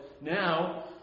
now